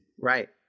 right